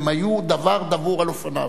הם היו דבר דבור על אופניו,